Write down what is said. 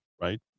right